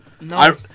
No